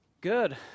good